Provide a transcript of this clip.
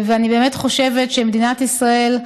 אני באמת חושבת שמדינת ישראל,